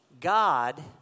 God